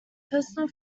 personal